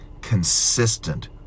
consistent